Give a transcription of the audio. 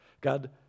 God